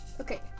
Okay